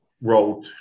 wrote